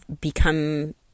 become